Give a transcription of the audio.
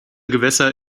gewässer